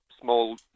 small